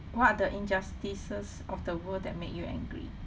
what are the injustices of the world that make you angry